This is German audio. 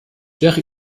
wäre